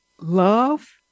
love